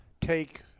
take